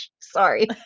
Sorry